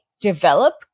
develop